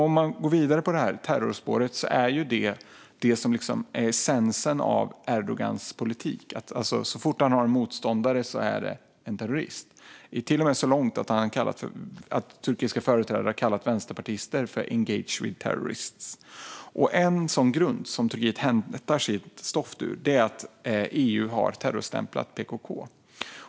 Vi kan gå vidare på terrorspåret. Det är detta som är essensen av Erdogans politik: Så fort han har en motståndare är det en terrorist. Det har till och med gått så långt att turkiska företrädare anklagar vänsterpartister för att vara engaged with terrorists. En grund som Turkiet hämtar sitt stoff ur är att EU har terrorstämplat PKK.